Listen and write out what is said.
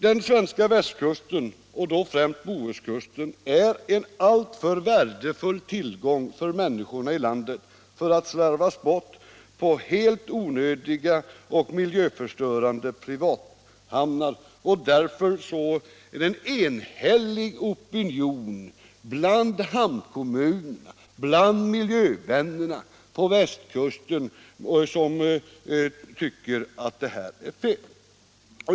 Den svenska västkusten, och då främst Bohuskusten, är en alltför värdefull tillgång för människorna i landet för att slarvas bort på helt onödiga och miljöförstörande privathamnar, och därför är det en enhällig opinion bland hamnkommunerna och bland miljövännerna på västkusten som tycker att det här är fel.